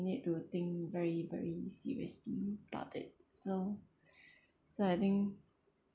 need to think very very seriously about it so so I think